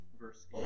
verse